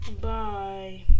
Bye